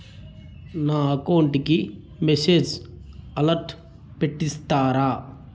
నా అకౌంట్ కి message alert పెట్టిస్తారా